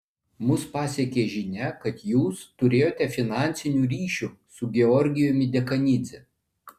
mus pasiekė žinia kad jūs turėjote finansinių ryšių su georgijumi dekanidze